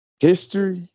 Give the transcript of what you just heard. History